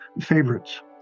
favorites